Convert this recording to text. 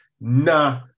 nah